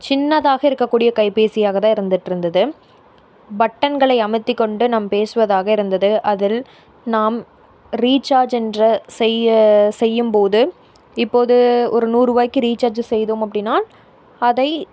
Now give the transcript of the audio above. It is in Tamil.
சின்னதாக இருக்கக்கூடிய கைபேசியாக தான் இருந்துகிட்டு இருந்துது பட்டன்களை அமுத்திக்கொண்டு நம் பேசுவதாக இருந்தது அதில் நாம் ரீசார்ச் என்ற செய்ய செய்யும்போது இப்போது ஒரு நூறு வாய்க்கு ரீசார்ச் செய்தோம் அப்படின்னா அதை